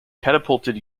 catapulted